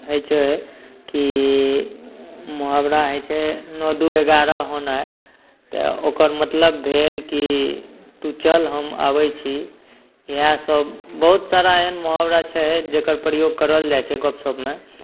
होइ छै कि मुहावरा होइ छै नओ दू एगारह होनाइ तऽ ओकर मतलब भेल कि तू चल हम आबै छी इएहसब बहुत सारा एहन मुहावरा छै जकर प्रयोग करल जाइ छै गपशपमे